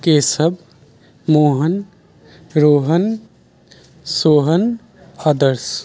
Keshav Mohan Rohan Sohan Adarsh